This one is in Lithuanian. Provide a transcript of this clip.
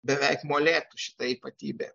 beveik molėtų šita ypatybė